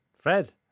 Fred